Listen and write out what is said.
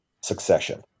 Succession